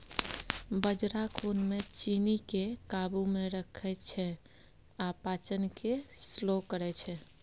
बजरा खुन मे चीन्नीकेँ काबू मे रखै छै आ पाचन केँ स्लो करय छै